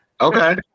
Okay